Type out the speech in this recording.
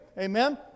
Amen